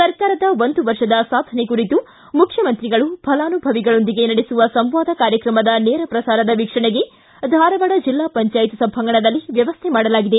ಸರ್ಕಾರದ ಒಂದು ವರ್ಷದ ಸಾಧನೆ ಕುರಿತು ಮುಖ್ಯಮಂತ್ರಿಗಳು ಫಲಾನುಭವಿಗಳೊಂದಿಗೆ ನಡೆಸುವ ಸಂವಾದ ಕಾರ್ಯಕ್ರಮದ ನೇರಪ್ರಸಾರದ ವೀಕ್ಷಣೆಗೆ ಧಾರವಾಡ ಜಿಲ್ಲಾ ಪಂಚಾಯತ್ ಸಭಾಂಗಣದಲ್ಲಿ ವ್ಯವಸ್ಥೆ ಮಾಡಲಾಗಿದೆ